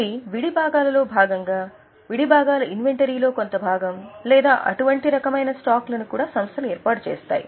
అవి విడిభాగాలలో భాగంగా విడిభాగాల ఇన్వెంటరీ లో కొంత భాగం లేదా అటువంటి రకమైన స్టాక్లను కూడా ఏర్పాటు చేస్తాయి